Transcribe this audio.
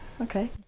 okay